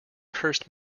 cursed